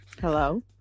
hello